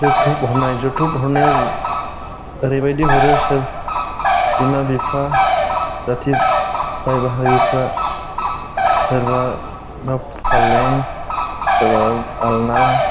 जौथुक हरनाय जौथुक हरनायाव एरैबायदि हरो बिमा बिफा जाथि भाइ बाहागिफ्रा सोरबाबा फालें सोरबा आलना